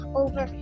over